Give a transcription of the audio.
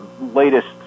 latest